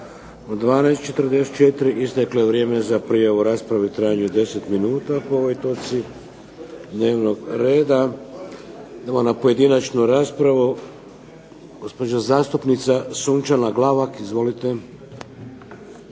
U 12 i 44 isteklo je vrijeme za prijavu u raspravi u trajanju od 10 minuta po ovoj točci dnevnog reda. Idemo na pojedinačnu raspravu. Gospođa zastupnica Sunčana Glavak. Izvolite.